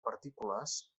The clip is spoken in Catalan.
partícules